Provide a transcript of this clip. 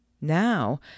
Now